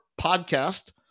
podcast